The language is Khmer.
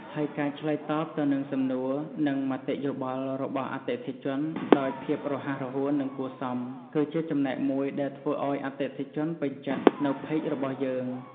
ហើយការឆ្លើយតបទៅនឹងសំណួរ និងមតិយោបល់របស់អតិថិជនដោយភាពរហ័សរហួន និងគួរសម គឺជាចំណែកមួយដែរធ្វើឲ្យអតិថិជនពេញចិត្តនៅផេករបស់យើង។